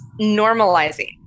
normalizing